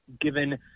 given